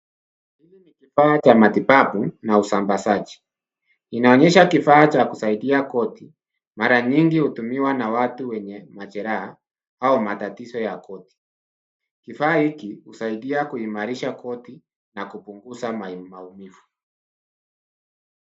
Hili kifaa cha matibabu na usambazaji. Inaonyesha kifaa cha kusaidia goti, mara nyingi hutumiwa na watu wenye majeraha au matatizo ya goti. Kifaa hiki husaidia kuimarisha goti na kupunguza maumivu.